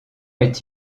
est